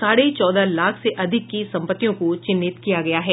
साढ़े चौदह लाख से अधिक की संपत्तियों को चिन्हित किया गया है